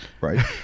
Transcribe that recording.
right